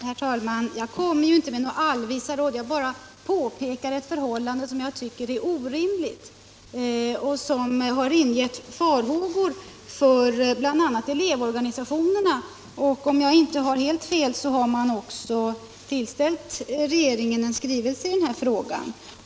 Herr talman! Jag ger inte några allvisa råd. Jag bara påpekar ett förhållande som jag tycker är orimligt och som har ingett farhågor hos bl.a. elevorganisationerna. Om jag inte tar helt fel har de också tillställt regeringen en skrivelse i denna fråga.